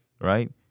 right